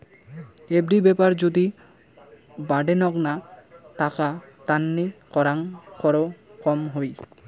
FD ব্যাপার যদি বাডেনগ্না টাকা তান্নি করাং কর কম হই